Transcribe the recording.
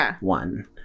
one